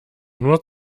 nur